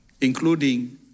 including